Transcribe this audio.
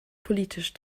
politisch